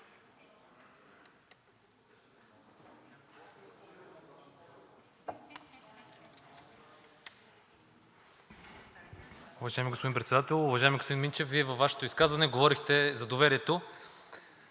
във Вашето изказване говорехте за доверието.